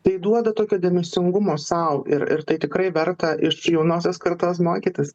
tai duoda tokio dėmesingumo sau ir ir tai tikrai verta iš jaunosios kartos mokytis